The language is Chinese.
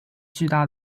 巨大